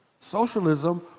socialism